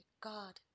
God